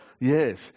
Yes